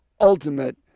ultimate